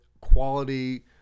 quality